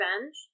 revenge